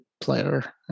player